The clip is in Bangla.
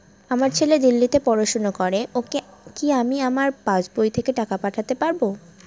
আমার ছেলে দিল্লীতে পড়াশোনা করে ওকে কি আমি আমার পাসবই থেকে টাকা পাঠাতে পারব?